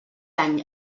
any